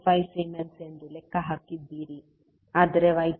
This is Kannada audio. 05 ಸೀಮೆನ್ಸ್ ಎಂದು ಲೆಕ್ಕ ಹಾಕಿದ್ದೀರಿ ಆದರೆ y 21 0